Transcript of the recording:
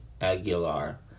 Aguilar